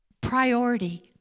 priority